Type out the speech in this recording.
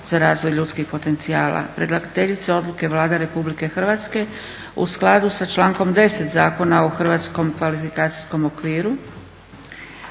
za razvoj ljudskih potencijala; Predlagateljica Odluke Vlada Republike Hrvatske u skladu sa člankom 10. Zakona o Hrvatskom kvalifikacijskom okviru.